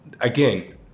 again